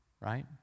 Right